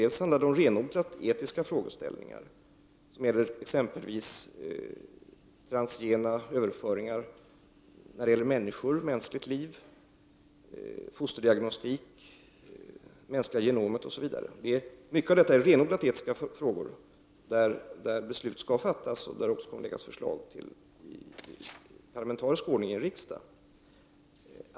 Dels handlar det om renodlat etiska frågeställningar som gäller exempelvis transgena överföringar i fråga om människor, mänskligt liv, fosterdiagnostik, det mänskliga genomet, osv. Mycket av detta är renodlat etiska frågor, där beslut skall fattas och i vilka det också i parlamentarisk ordning kommer att läggas fram förslag till riksdagen.